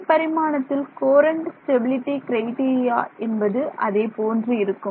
இரு பரிமாணத்தில் Courant stability criteria என்பது அதே போன்று இருக்கும்